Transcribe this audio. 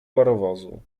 parowozu